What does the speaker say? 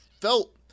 felt